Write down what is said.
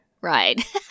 Right